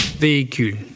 véhicule